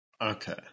Okay